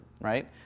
right